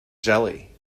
jelly